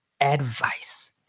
advice